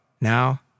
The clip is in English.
now